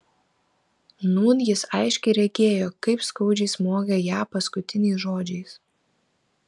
nūn jis aiškiai regėjo kaip skaudžiai smogė ją paskutiniais žodžiais